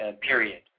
period